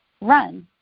run